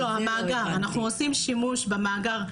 אנחנו עושים שימוש במאגר.